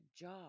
job